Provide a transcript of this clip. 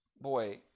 boy